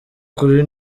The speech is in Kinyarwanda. kuri